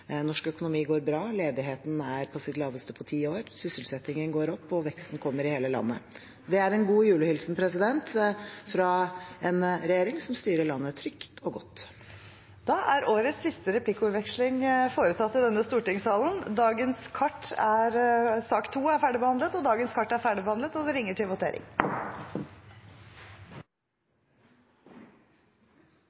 Norsk økonomi går bra, ledigheten er på sitt laveste på ti år, sysselsettingen går opp, og veksten kommer i hele landet. Det er en god julehilsen fra en regjering som styrer landet trygt og godt. Da er årets siste replikkveksling foretatt i denne stortingssalen. Flere har ikke bedt om ordet til sak nr. 2, og dagens kart er ferdigbehandlet.